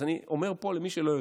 אז אני אומר פה, למי שלא יודע,